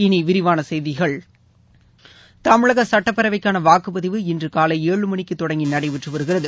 இனி விரிவான செய்திகள் தமிழக சட்டப்பேரவை தேர்தலுக்கான வாக்குப் பதிவு இன்று காலை ஏழு மணிக்கு தொடங்கி நடைபெற்று வருகிறது